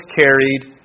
carried